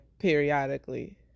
periodically